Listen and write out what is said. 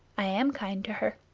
i am kind to her.